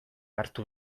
hartu